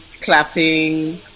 clapping